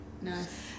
Nice